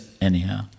Anyhow